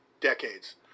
decades